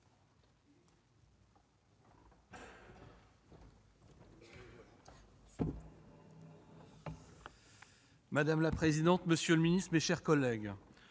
Madame la présidente, monsieur le ministre, mes chers collègues,